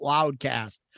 Loudcast